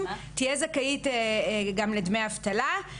תהיה זכאית גם לדמי אבטלה,